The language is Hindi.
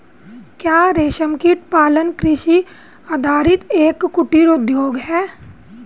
क्या रेशमकीट पालन कृषि आधारित एक कुटीर उद्योग है?